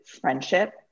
friendship